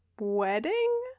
wedding